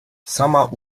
sama